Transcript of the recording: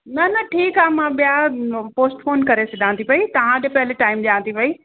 न न ठीकु आहे मां ॿिया पोस्टपोन करे छॾां थी पेई तव्हां वटि पहिले टाइम ॾियां थी पेई